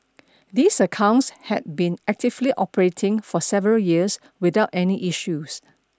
these accounts had been actively operating for several years without any issues